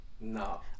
no